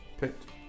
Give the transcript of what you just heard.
picked